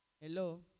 Hello